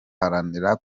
abana